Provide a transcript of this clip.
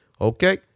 okay